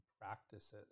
practices